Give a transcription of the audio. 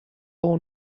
اون